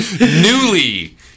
newly